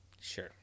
Sure